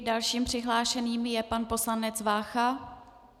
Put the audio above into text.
Dalším přihlášeným je pan poslanec Vácha.